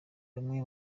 bamwe